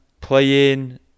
playing